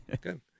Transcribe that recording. good